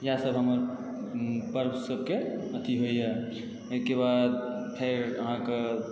इएह सब हमर पर्व सबके अथी होइए ओहिके बाद फेर अहाँकेँ